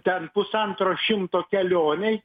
ten pusantro šimto kelionei